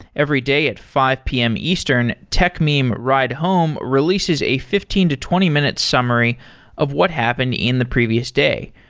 every day at five pm eastern, techmeme ride home releases a fifteen to twenty minute summary of what happened in the previous day.